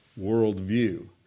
worldview